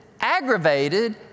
aggravated